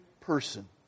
person